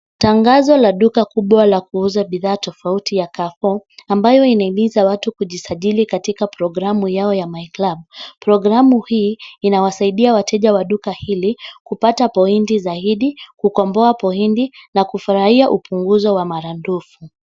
Tangazo ya duka kubwa la kuuza bidhaa tofauti ya [cs ] carrefour[cs ] ambayo ina himiza watu kujisajili katika programu yao ya [cs ] my club[cs ]. Programu hii inawasaidia wateja wa duka hili kupata pointi, kukomboa pointi na kufurahia upunguzo wa maradufu.